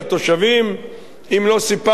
אם לא סיפרתי בהזדמנות אחרת,